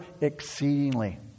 exceedingly